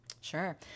Sure